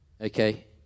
Okay